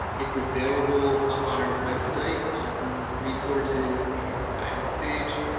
it's available up on our website. on the resources and guidance page.